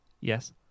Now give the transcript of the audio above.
Yes